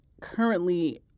currently